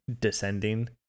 descending